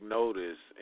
notice